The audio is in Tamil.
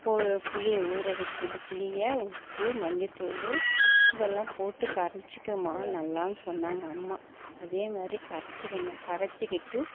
புளியை ஊற வச்சுடு புளியை உப்பு மஞ்சத்தூள் இதெல்லாம் போட்டு கரைச்சிக்கமா நல்லான்னு சொன்னாங்க அம்மா அதேமாதிரி கரைச்சிக்கின கரைச்சிகிட்டு